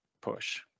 push